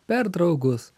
per draugus